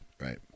Right